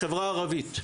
החברה הערבית.